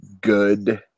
good